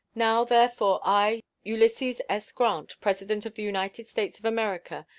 now, therefore, i, ulysses s. grant, president of the united states of america,